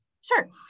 Sure